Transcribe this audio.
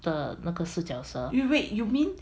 wait you mean